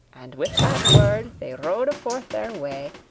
and with that word they rode forth their way,